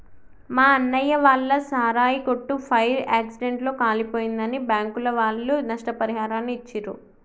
మా అన్నయ్య వాళ్ళ సారాయి కొట్టు ఫైర్ యాక్సిడెంట్ లో కాలిపోయిందని బ్యాంకుల వాళ్ళు నష్టపరిహారాన్ని ఇచ్చిర్రు